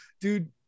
dude